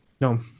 No